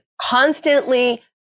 constantly